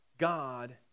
God